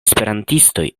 esperantistoj